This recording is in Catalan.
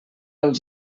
els